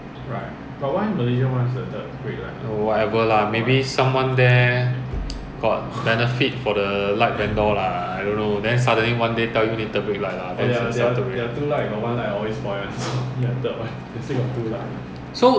but you singapore car then they catch malaysia car they don't catch so double standard singapore custom double standard L_T_A double standard then you see all the bus truck come out so many smoke allow them to do it leh but you know singapore commercial vehicle